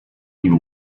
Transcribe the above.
you